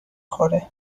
خوره